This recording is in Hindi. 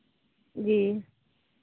जी